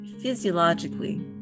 physiologically